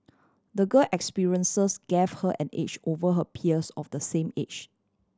the girl experiences gave her an edge over her peers of the same age